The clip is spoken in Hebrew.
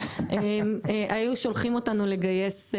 היו שולחים אותנו לגייס,